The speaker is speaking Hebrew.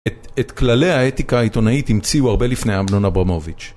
את כללי האתיקה העיתונאית המציאו הרבה לפני אמנון אברמוביץ'.